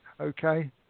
okay